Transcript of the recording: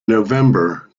november